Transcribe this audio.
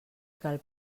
cal